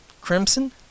Crimson